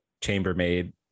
chambermaid